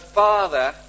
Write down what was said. father